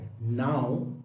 Now